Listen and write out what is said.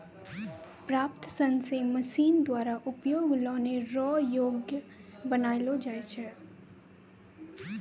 प्राप्त सन से मशीन द्वारा उपयोग लानै रो योग्य बनालो जाय छै